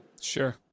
Sure